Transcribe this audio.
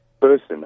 person